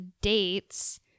dates